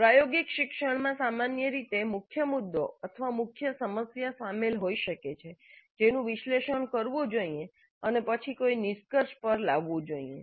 પ્રાયોગિક શિક્ષણમાં સામાન્ય રીતે મુખ્ય મુદ્દો અથવા મુખ્ય સમસ્યા શામેલ હોય છે જેનું વિશ્લેષણ કરવું જોઈએ અને પછી કોઈ નિષ્કર્ષ પર લાવવું જોઈએ